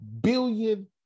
billion